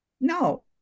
no